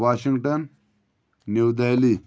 Washington New Delhi